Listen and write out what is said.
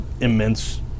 immense